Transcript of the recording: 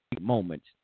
moments